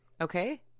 Okay